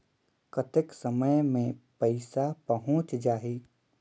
कतेक समय मे पइसा पहुंच जाही?